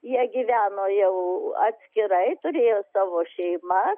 jie gyveno jau atskirai turėjo savo šeimas